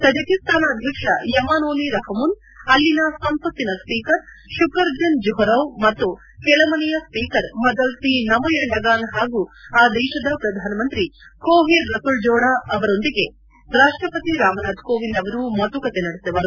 Tajikistan ಅಧ್ಯಕ್ಷ Emomali Rahmon ಅಲ್ಲಿನ ಸಂಸತ್ತಿನ ಸ್ವೀಕರ್ ಶುಕುರ್ಜನ್ ಝುಹುರೊವ್ ಮತ್ತು ಕೆಳಮನೆಯ ಸ್ವೀಕರ್ ಮಜಲ್ಲಿ ನಮೊಯಂಡಗಾನ್ ಹಾಗೂ ಆ ದೇಶದ ಪ್ರಧಾನಮಂತ್ರಿ ಚೊಹಿರ್ ರಸುಲ್ಲೊಡಾ ಅವರೊಂದಿಗೆ ರಾಷ್ಟಪತಿ ರಾಮನಾಥ್ ಕೋವಿಂದ್ ಅವರು ಮಾತುಕತೆ ನಡೆಸುವರು